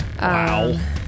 Wow